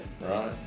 Right